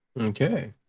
okay